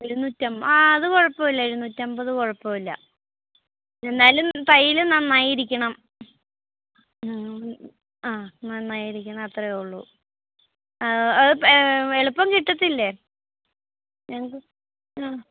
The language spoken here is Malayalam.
ഇരുനൂരി അമ്പത് ആ അത് കുഴപ്പമില്ല ഇരുനൂറ്റി അമ്പത് കുഴപ്പമില്ല എന്നാലും തയ്യൽ നന്നായിരിക്കണം ആ നന്നായിരിക്കണം അത്രയേ ഉള്ളൂ അത് എളുപ്പം കിട്ടത്തില്ലേ എനിക്ക് ആ